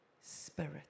spirit